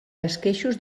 esqueixos